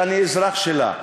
שאני אזרח שלה,